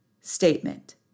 statement